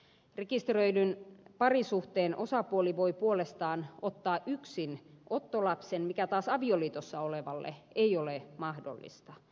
rekisteröidyn parisuhteen osapuoli voi puolestaan ottaa yksin ottolapsen mikä taas avioliitossa olevalle ei ole mahdollista